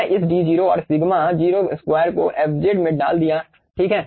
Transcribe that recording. मैं इस d0 और सिग्मा 0 स्क्वायर को fz में डाल दिया ठीक है